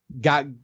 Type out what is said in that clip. got